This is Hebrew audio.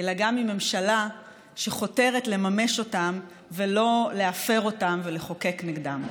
אלא גם עם ממשלה שחותרת לממש אותן ולא להפר אותן ולחוקק נגדן.